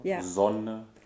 Sonne